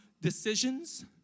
decisions